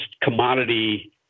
commodity